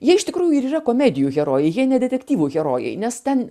jie iš tikrųjų ir yra komedijų herojai jie ne detektyvų herojai nes ten